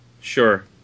Sure